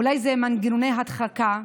אולי זה מנגנוני הדחקה,